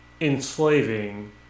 enslaving